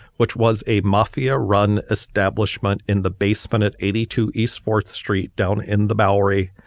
which was a mafia run establishment in the basement at eighty two east fourth street down in the bowery,